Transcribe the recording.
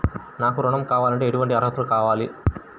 నాకు ఋణం కావాలంటే ఏటువంటి అర్హతలు కావాలి?